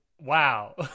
Wow